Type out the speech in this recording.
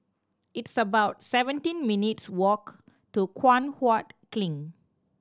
it's about seventeen minutes' walk to Guan Huat Kiln